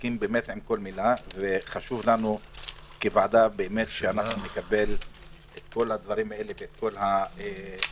כוועדה חשוב לנו לקבל את כל הדברים האלה ואת כל התוכניות,